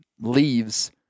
leaves